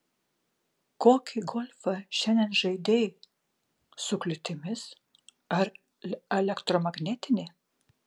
kokį golfą šiandien žaidei su kliūtimis ar elektromagnetinį